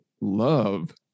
love